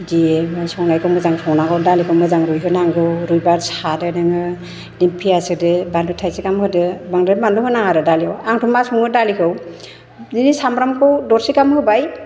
बिदि संनायखौ मोजां संनांगौ दालिखौ मोजां रुइहोनांगौ रुइबा सादो नोङो पियास होदो बानलु थाइसे गाहाम होदो बांद्राय बानलु होनाङा आरो दालियाव आंथ' मा सङो दालिखौ बिदिनो सामब्रामखौ दरसे गाहाम होबाय